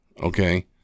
okay